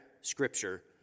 scripture